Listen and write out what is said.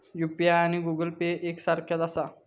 UPI आणि Google Pay एक सारख्याच आसा?